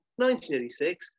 1986